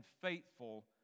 faithful